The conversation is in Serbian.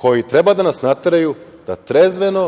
koji treba da nas nateraju da trezveno